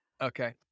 Okay